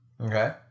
Okay